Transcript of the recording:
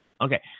Okay